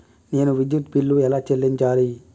నేను విద్యుత్ బిల్లు ఎలా చెల్లించాలి?